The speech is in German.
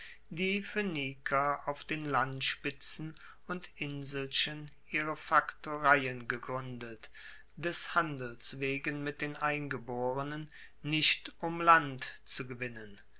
die phoeniker auf den landspitzen und inselchen ihre faktoreien gegruendet des handels wegen mit den eingeborenen nicht um land zu gewinnen